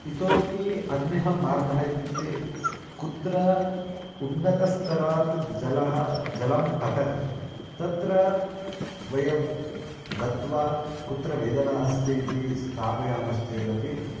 इतोपि अन्यः मार्गः इत्युक्ते कुत्र उन्नत स्तरात् जलं जलं पतति तत्र वयं गत्वा कुत्र वेदना अस्ति इति स्थापयामश्चेदपि